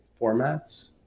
formats